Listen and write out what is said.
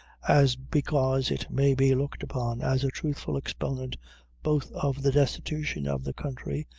as because it may be looked upon as a truthful exponent both of the destitution of the country,